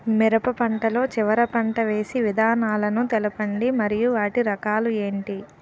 మిరప లో చివర పంట వేసి విధానాలను తెలపండి మరియు వాటి రకాలు ఏంటి